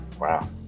Wow